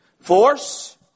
Force